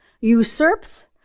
usurps